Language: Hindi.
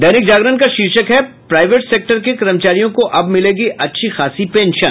दैनिक जागरण का शीर्षक है प्राइवेट सेक्टर के कर्मचारियों को अब मिलेगी अच्छी खासी पेंशन